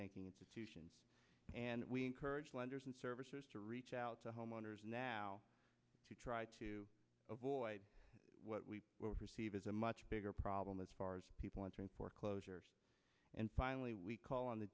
banking institutions and we encourage lenders and servicers to reach out to homeowners now to try to avoid what we will perceive as a much bigger problem as far as people entering foreclosure and finally we call on the